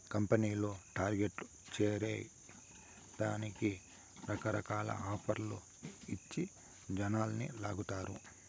కంపెనీలు టార్గెట్లు చేరే దానికి రకరకాల ఆఫర్లు ఇచ్చి జనాలని లాగతారు